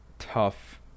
tough